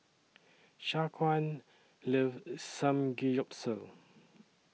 Shaquan loves Samgeyopsal